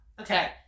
Okay